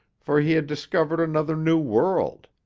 for he had discovered another new world.